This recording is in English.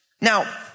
Now